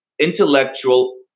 intellectual